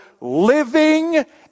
living